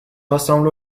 ressemble